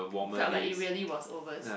felt like it really was overs~